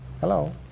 Hello